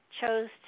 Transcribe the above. chose